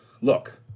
look